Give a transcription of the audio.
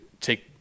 take